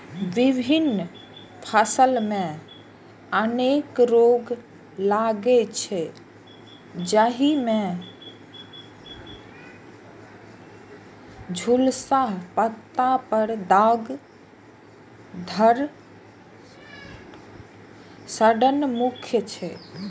विभिन्न फसल मे अनेक रोग लागै छै, जाहि मे झुलसा, पत्ता पर दाग, धड़ सड़न मुख्य छै